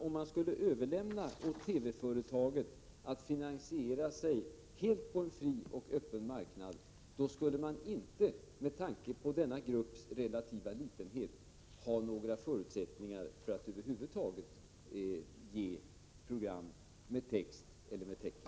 Om man skulle överlämna åt TV-företaget att finansiera sig helt på en fri och öppen marknad skulle man inte, med tanke på denna grupps relativa litenhet, ha några förutsättningar att över huvud taget ge program med text eller med tecken.